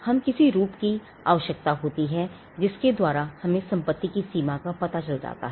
हम किसी रूप की आवश्यकता होती हैं जिसके द्वारा हमें संपत्ति की सीमा का पता चलता है